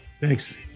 Thanks